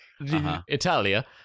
Italia